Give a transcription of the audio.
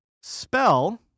Spell